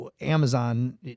Amazon